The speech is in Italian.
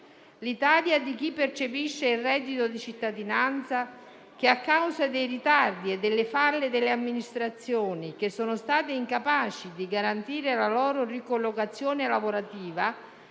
quella di chi percepisce il reddito di cittadinanza e che, a causa dei ritardi e delle falle delle amministrazioni che sono state incapaci di garantire la loro ricollocazione lavorativa,